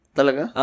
Talaga